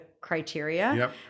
criteria